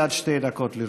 עד שתי דקות לרשותך.